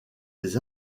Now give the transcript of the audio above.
des